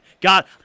God